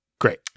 Great